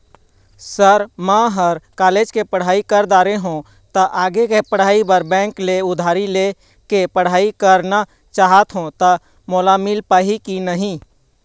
Sir म ह college के पढ़ाई कर दारें हों ता आगे के पढ़ाई बर बैंक ले उधारी ले के पढ़ाई करना चाहत हों ता मोला मील पाही की नहीं?